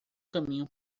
caminho